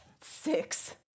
six